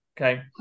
Okay